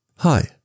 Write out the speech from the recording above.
Hi